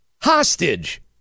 hostage